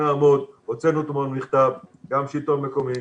הוצאנו אתמול מכתב, גם השלטון המקומי,